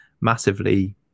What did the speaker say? massively